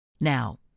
Now